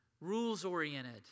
rules-oriented